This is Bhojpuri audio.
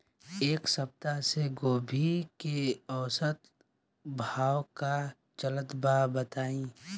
एक सप्ताह से गोभी के औसत भाव का चलत बा बताई?